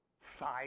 five